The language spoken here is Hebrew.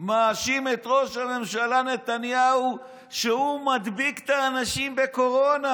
ומאשים את ראש הממשלה נתניהו שהוא מדביק את האנשים בקורונה.